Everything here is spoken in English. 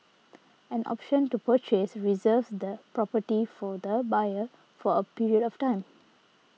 an option to purchase reserves the property for the buyer for a period of time